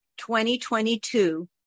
2022